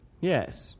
Yes